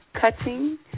cutting